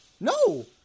No